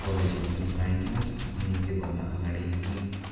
कलेजमा पनि पाइनँ अनि त्योभन्दा अगाडि जुन